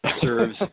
serves